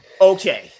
Okay